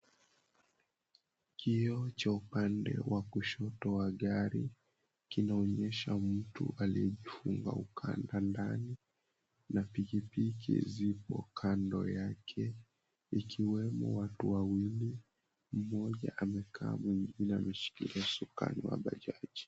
Kioo cha upande wa kushoto wa gari, kinaonyesha mtu aliyejifunga ukanda ndani na pikipiki ziko kando yake ikiwemo watu wawili. mmoja amekaa mwingine ameshikilia usukani wa Bajaj.